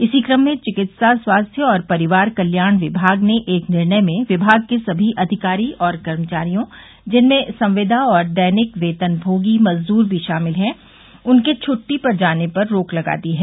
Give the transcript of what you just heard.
इसी क्रम में चिकित्सा स्वास्थ्य और परिवार कल्याण विभाग ने एक निर्णय में विभाग के सभी अधिकारी और कर्मचारियों जिसमें संविदा और दैनिक वेतनभोगी मजदूर भी शामिल है उनके छुट्टी जाने पर रोक लगा दी है